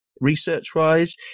research-wise